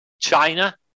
China